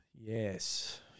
Yes